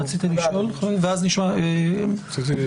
רצית לשאול, חבר הכנסת מקלב?